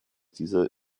diese